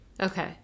Okay